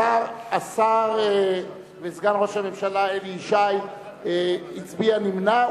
השר וסגן ראש הממשלה ישי הצביע נמנע,